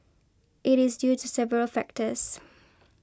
it is due to several factors